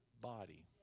body